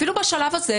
אפילו בשלב הזה,